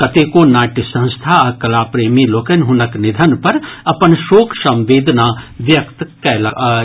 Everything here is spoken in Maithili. कतेको नाट्य संस्था आ कलाप्रेमी लोकनि हुनक निधन पर अपन शोक संवेदना व्यक्त कयल अछि